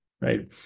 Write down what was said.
Right